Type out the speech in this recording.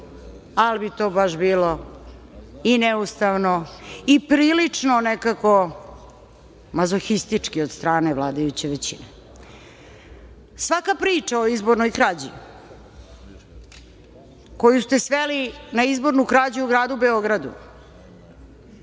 ali bi to baš bilo i neustavno i prilično nekako mazohistički od strane vladajuće većine. Svaka priča o izbornoj krađi koju ste sveli na izbornu krađu u gradu Beogradu,